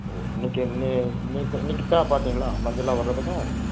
ஓ இன்னக்கு இன்ன இன்னக்கு இன்னிக்குதான் பார்த்திங்களா மஞ்சளாக வர்றதுங்க